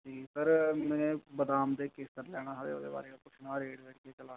जी sir में बदाम ते केसर लैना हा ते ओह्दे बारे च पुच्छना हा रेट केह् चला दा अच्छा